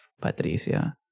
Patricia